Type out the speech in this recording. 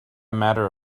matter